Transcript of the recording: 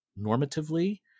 normatively